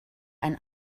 ein